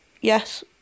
yes